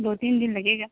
دو تین دن لگے گا